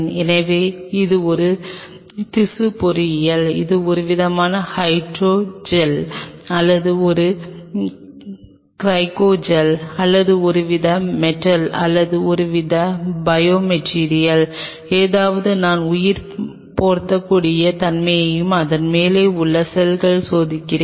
எனவே இது ஒரு திசு பொறியியல் இது ஒருவித ஹைட்ரோ ஜெல் அல்லது ஒரு கிரையோஜெல் அல்லது ஒருவித மெட்டல் அல்லது ஒருவித பயோ மெட்டீரியல் ஏதாவது நான் உயிர் பொருந்தக்கூடிய தன்மையையும் அதன் மேலே உள்ள செல்களைச் சோதிக்கிறேன்